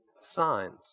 signs